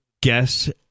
Guess